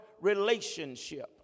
relationship